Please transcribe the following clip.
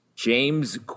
James